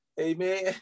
Amen